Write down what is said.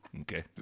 Okay